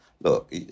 look